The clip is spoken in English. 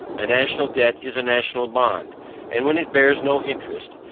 a national debt is a national bond and when it bears no interest,